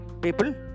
people